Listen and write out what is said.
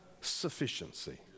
sufficiency